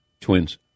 Twins